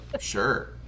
Sure